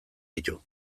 ditu